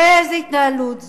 איזו התנהלות זו?